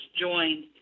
joined